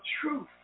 truth